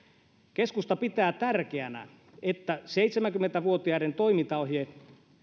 keskusta pitää tärkeänä että seitsemänkymmentä vuotiaiden toimintaohje